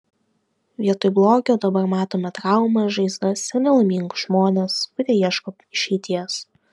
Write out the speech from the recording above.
vietoj blogio dabar matome traumas žaizdas ir nelaimingus žmones kurie ieško išeities